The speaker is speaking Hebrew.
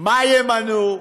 מה ימנו,